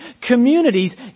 communities